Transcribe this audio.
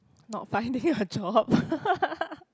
not finding a job